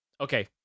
okay